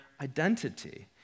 identity